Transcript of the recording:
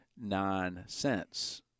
Nonsense